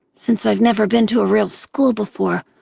since i've never been to a real school before,